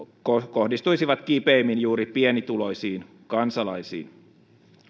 kohdistuisivat kipeimmin juuri pienituloisiin kansalaisiin